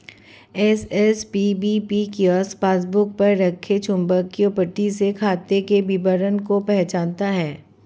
SSPBP kiosk passbook पर रखे चुंबकीय पट्टी से खाते के विवरण को पहचानता है